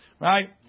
Right